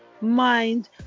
mind